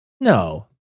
No